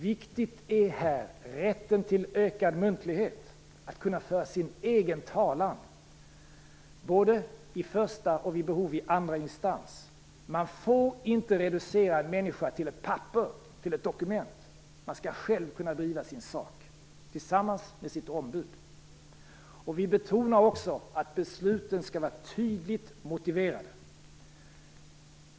Viktigt här är rätten till ökad muntlighet, att kunna föra sin egen talan, både i första och, vid behov, i andra instans. En människa får inte reduceras till ett dokument utan skall själv kunna driva sin sak tillsammans med sitt ombud. Vi betonar också att besluten skall vara tydligt motiverade.